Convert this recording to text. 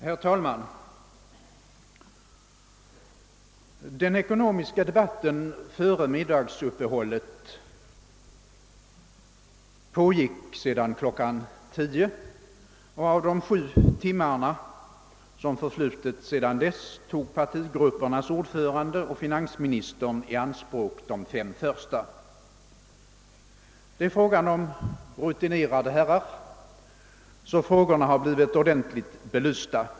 Herr talman! Den ekonomiska debat ten före middagsuppehållet kl. 17 hade ju pågått från kl. 10. Av de sju timmarna tog partigruppernas ordförande och finansministern i anspråk de fem första. Det är fråga om rutinerade herrar, så frågorna har blivit ordentligt belysta.